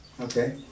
okay